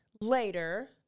later